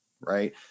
right